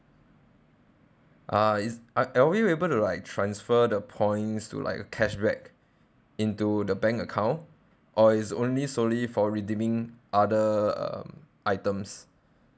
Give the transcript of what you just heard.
uh is are we able to like transfer the points to like a cashback into the bank account or it's only solely for redeeming other items